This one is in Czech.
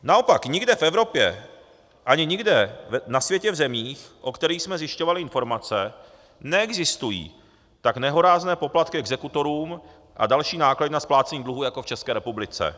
Naopak, nikde v Evropě ani nikde na světě v zemích, o kterých jsme zjišťovali informace, neexistují tak nehorázné poplatky exekutorům a další náklady na splácení dluhů jako v České republice.